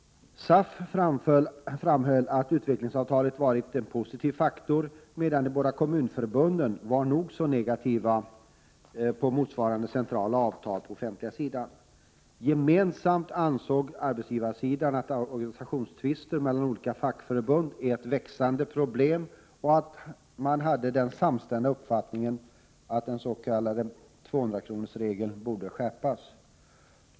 = SAF framhöll att utvecklingsavtalet varit en positiv faktor, medan de båda kommunförbunden var nog så negativa till motsvarande centrala avtal på den offentliga sidan. Gemensamt ansåg arbetsgivarsidan att organisationstvisterna mellan olika fackförbund är ett växande problem, och man hade den samstämda uppfattningen att den s.k. 200-kronorsregeln borde skärpas.